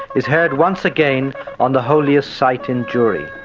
is heard once again on the holiest site in jewry.